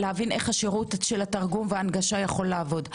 להבין איך השירות של התרגום וההנגשה יכול לעבוד.